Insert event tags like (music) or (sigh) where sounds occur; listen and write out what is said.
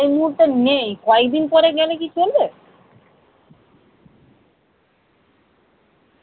ও (unintelligible) ছিটটা আমাকে নিয়ে যেতে হবে আপনি শুধু কাজটা করে দেবেন এই ক দিনের মধ্যে এই ক দিনের মধ্যে করে দিতে পারবেন তো